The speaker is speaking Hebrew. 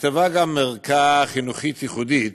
נכתבה ערכה חינוכית ייחודית,